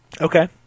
Okay